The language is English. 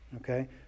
Okay